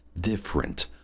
different